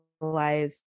realize